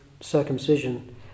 circumcision